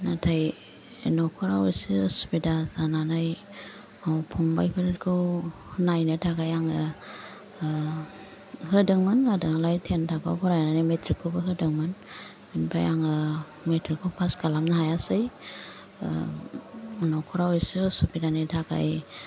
नाथाय न'खराव एसे उसुबिदा जानानै फंबाइफोरखौ नायनो थाखाय आङो होदोंमोन आंलाय टेन थाखोआव फरायनानै मेट्रिक खौबो होदोंमोन ओमफ्राय आङो मेट्रिक खौ पास खालामनो हायासै न'खराव एसे उसुबिदानि थाखाय